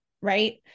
right